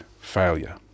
failure